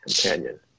companion